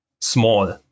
small